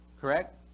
correct